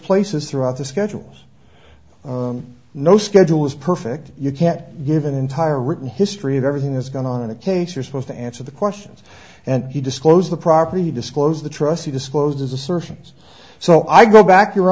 places throughout the schedules no schedule was perfect you can't give an entire written history of everything that's going on in the case you're supposed to answer the questions and he disclose the property disclose the trustee disposes assertions so i go back your